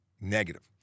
negative